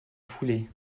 foulée